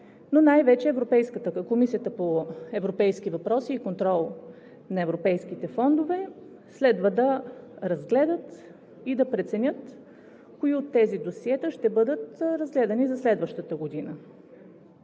но най-вече Комисията по европейски въпроси и контрол на европейските фондове, следва да разгледат и да преценят кои от тези досиета ще бъдат разгледани за следващата година.